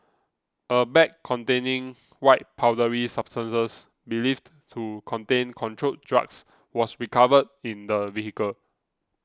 a bag containing white powdery substances believed to contain controlled drugs was recovered in the vehicle